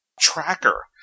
tracker